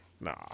Nah